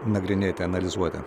nagrinėti analizuoti